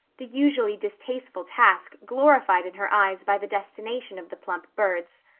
the usually distasteful task glorified in her eyes by the destination of the plump birds.